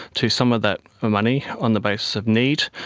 to some of that money on the basis of need.